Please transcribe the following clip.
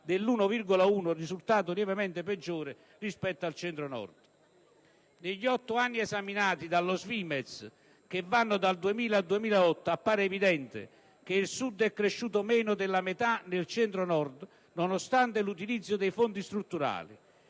cento, risultato lievemente peggiore del Centro Nord. Negli otto anni esaminati dallo Svimez, che vanno dal 2000 al 2008, appare evidente che il Sud è cresciuto meno della metà del Centro Nord, nonostante l'utilizzo dei fondi strutturali.